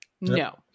no